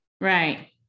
Right